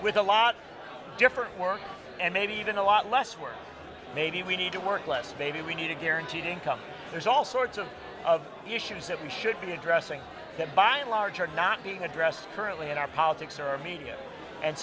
with a lot of different work and maybe even a lot less work maybe we need to work less baby we need a guaranteed income there's all sorts of issues that we should be addressing that by and large are not being addressed currently in our politics or our media and